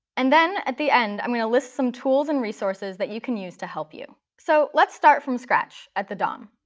and then, at the end, i'm going to list some tools and resources that you can use to help you. so let's start from scratch, at the dom.